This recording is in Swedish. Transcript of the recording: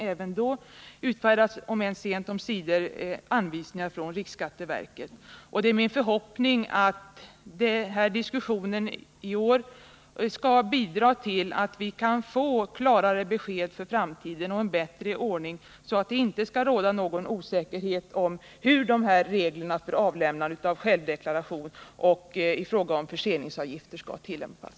Även då utfärdades — om än inte förrän sent omsider — anvisningar av begärt slag från riksskatteverket. Det är min förhoppning att diskussionen i år skall bidra till att vi får klarare besked och en bättre ordning i framtiden, så att det inte råder någon osäkerhet om hur reglerna för avlämnande av självdeklaration och förseningsavgifter skall tillämpas.